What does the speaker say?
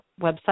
website